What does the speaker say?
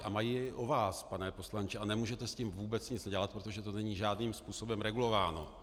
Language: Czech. A mají je i o vás, pane poslanče, a nemůžete s tím vůbec nic dělat, protože to není žádným způsobem regulováno.